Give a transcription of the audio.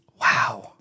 Wow